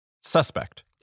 suspect